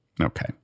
Okay